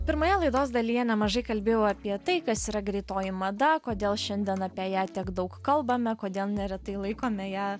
pirmoje laidos dalyje nemažai kalbėjau apie tai kas yra greitoji mada kodėl šiandien apie ją tiek daug kalbame kodėl neretai laikome ją